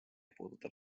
puudutab